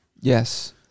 Yes